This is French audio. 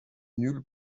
nul